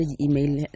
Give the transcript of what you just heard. email